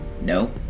No